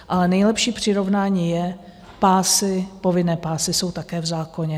Ale nejlepší přirovnání jsou pásy, povinné pásy jsou také v zákoně.